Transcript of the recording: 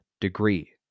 degree